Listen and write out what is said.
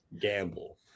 Gamble